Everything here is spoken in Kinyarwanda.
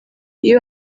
iyo